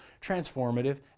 transformative